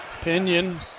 Pinion